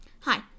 Hi